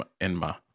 Enma